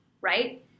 right